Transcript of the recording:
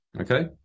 okay